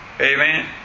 Amen